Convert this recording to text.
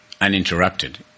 uninterrupted